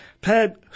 Pad